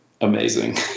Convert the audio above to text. amazing